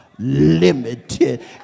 limited